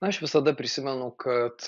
aš visada prisimenu kad